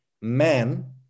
man